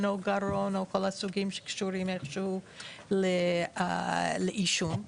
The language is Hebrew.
או גרון או כל הסוגים שקשורים לעישון לאפס,